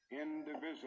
indivisible